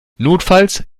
notfalls